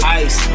ice